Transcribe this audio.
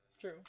True